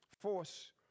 force